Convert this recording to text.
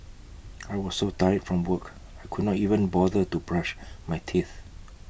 I was so tired from work I could not even bother to brush my teeth